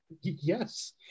Yes